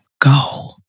go